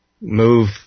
move